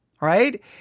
right